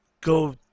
go